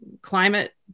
climate